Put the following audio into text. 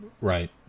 right